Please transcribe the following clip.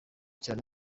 cyane